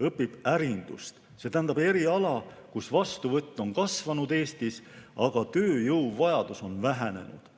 õpib ärindust. See on erialal, kus vastuvõtt on Eestis kasvanud, aga tööjõuvajadus on vähenenud.